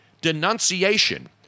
denunciation